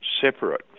separate